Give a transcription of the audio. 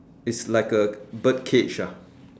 it's like a bird cage lah